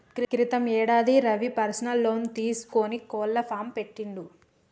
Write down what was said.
క్రితం యేడాది Ravi personal loan తీసుకొని కోళ్ల ఫాం పెట్టిండు